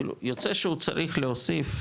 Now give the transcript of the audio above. כאילו יוצא שהוא צריך להוסיף,